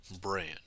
brand